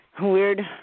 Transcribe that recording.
weird